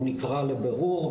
הוא נקרא לבירור,